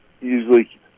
usually